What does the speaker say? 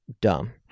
dumb